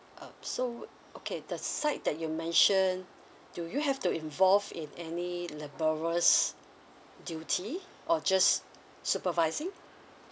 um so okay the site that you mentioned do you have to involve in any laborious duty or just supervising